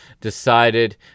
decided